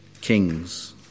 kings